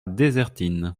désertines